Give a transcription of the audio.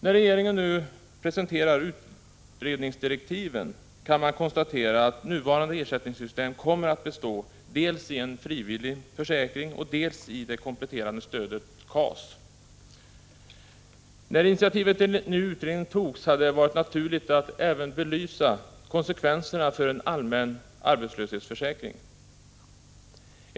När regeringen nu presenterar utredningsdirektiven kan man konstatera att nuvarande ersättningssystem kommer att bestå dels av en frivillig försäkring, dels av det kompletterande stödet KAS. När initiativet till ny Prot. 1985/86:39 utredning togs hade det varit naturligt att den även skulle belysa konsekven 28 november 1985 serna av en allmän arbetslöshetsförsäkring.